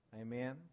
Amen